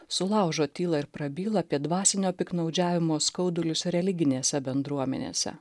sulaužo tylą ir prabyla apie dvasinio piktnaudžiavimo skaudulius religinėse bendruomenėse